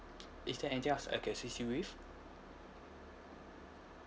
is there anything else I can assist you with